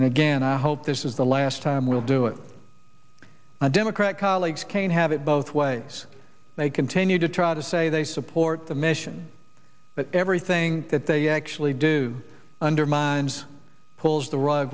and again i hope this is the last time we'll do it democrat colleagues came have it both ways they continue to try to say they support the mission but everything that they actually do undermines pulls the rug